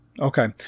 Okay